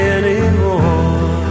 anymore